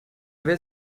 wer